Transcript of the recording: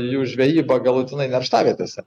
jų žvejybą galutinai nerštavietėse